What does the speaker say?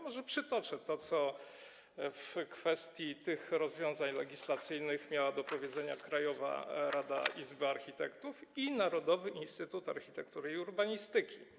Może przytoczę to, co w kwestii tych rozwiązań legislacyjnych miała do powiedzenia Krajowa Rada Izby Architektów i Narodowy Instytut Architektury i Urbanistyki.